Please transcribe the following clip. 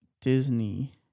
Disney